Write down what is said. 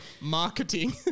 marketing